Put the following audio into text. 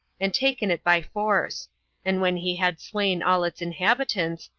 and taken it by force and when he had slain all its inhabitants,